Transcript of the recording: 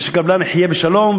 ושהקבלן יחיה בשלום,